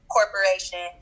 Corporation